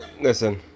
Listen